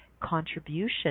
contribution